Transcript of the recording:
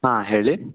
ಹಾಂ ಹೇಳಿ